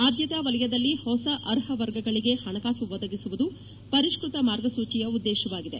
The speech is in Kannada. ಆದ್ಯತಾ ವಲಯದಲ್ಲಿ ಹೊಸ ಅರ್ಹ ವರ್ಗಗಳಿಗೆ ಹಣಕಾಸು ಒದಗಿಸುವುದು ಪರಿಷ್ಕೃತ ಮಾರ್ಗಸೂಚಿಯ ಉದ್ದೇಶವಾಗಿದೆ